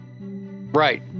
Right